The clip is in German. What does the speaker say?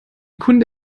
kunde